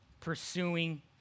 pursuing